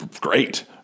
great